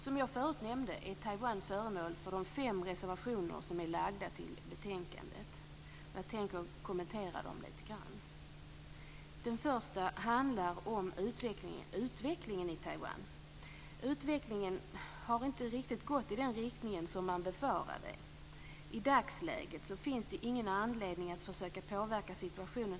Som jag förut nämnde är Taiwan föremål för de fem reservationer som är fogade till betänkandet. Jag tänker kommentera dem lite grann. Den första handlar om utvecklingen i Taiwan. Utvecklingen har inte alls gått i den riktning som man befarat. I dagsläget finns det ingen anledning att försöka påverka situationen.